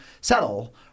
settle